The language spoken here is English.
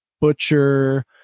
butcher